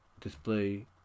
display